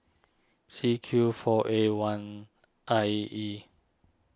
C Q four A one I E